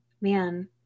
man